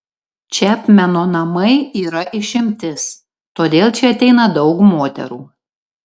čepmeno namai yra išimtis todėl čia ateina daug moterų